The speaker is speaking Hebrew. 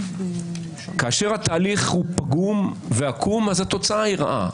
כאשר התהליך הוא פגום ועקום, התוצאה היא רעה.